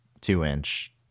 two-inch